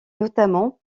notamment